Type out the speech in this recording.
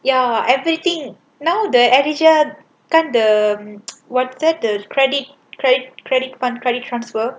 ya everything now there is a what's that the credit credit fund credit transfer